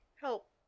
help